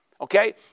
Okay